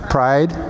Pride